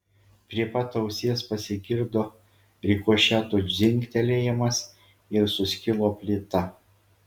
prie pat ausies pasigirdo rikošeto dzingtelėjimas ir suskilo plyta